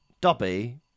Dobby